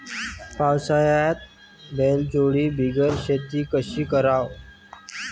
पावसाळ्यात बैलजोडी बिगर शेती कशी कराव?